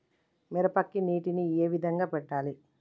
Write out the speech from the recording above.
మిరపకి నీటిని ఏ విధంగా పెట్టాలి?